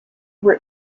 were